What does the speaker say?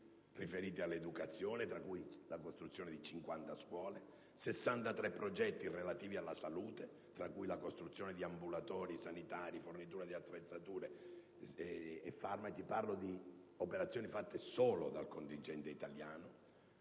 riferiti all'educazione, tra cui la costruzione di 50 scuole; 63 progetti relativi alla salute, fra cui la costruzione di ambulatori sanitari, forniture di attrezzatura e farmaci (mi riferisco ad operazioni fatte solo dal contingente italiano),